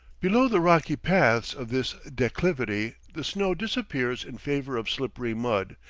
below the rocky paths of this declivity the snow disappears in favor of slippery mud,